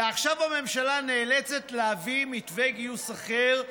ועכשיו הממשלה נאלצת להביא מתווה גיוס אחר,